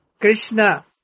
Krishna